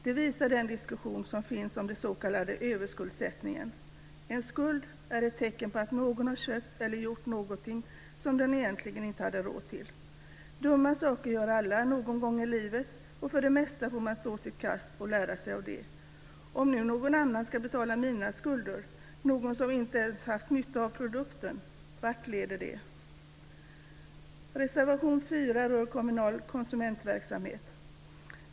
Det visar den diskussion som finns om den s.k. överskuldsättningen. En skuld är ett tecken på att någon har köpt eller gjort någonting som den egentligen inte hade råd till. Dumma saker gör alla någon gång i livet, och för det mesta får man stå sitt kast och lära sig av det. Om nu någon annan ska betala mina skulder, någon som inte ens har haft nytta av produkten, vart leder det? Reservation 4 rör kommunal konsumentverksamhet.